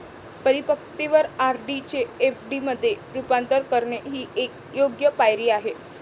परिपक्वतेवर आर.डी चे एफ.डी मध्ये रूपांतर करणे ही एक योग्य पायरी आहे